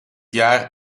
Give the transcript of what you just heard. jaar